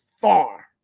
far